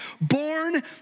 born